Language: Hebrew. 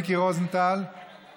חבר הכנסת מיקי רוזנטל, בבקשה.